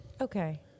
Okay